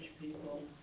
people